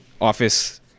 office